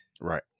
Right